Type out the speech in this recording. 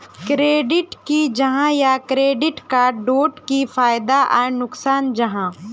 Credit की जाहा या क्रेडिट कार्ड डोट की फायदा आर नुकसान जाहा?